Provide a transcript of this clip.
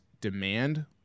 demand